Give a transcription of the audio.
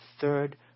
third